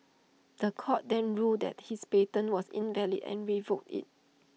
The Court then ruled that his patent was invalid and revoked IT